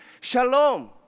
Shalom